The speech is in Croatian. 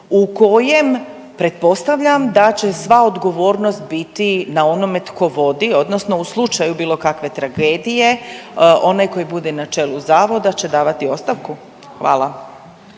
u kojem pretpostavljam da će sva odgovornost biti na onome tko vodi odnosno u slučaju bilo kakve tragedije onaj koji bude na čelu zavoda će davati ostavku? Hvala.